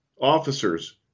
officers